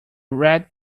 red